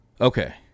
Okay